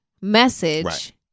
message